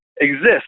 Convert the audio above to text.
exist